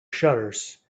shutters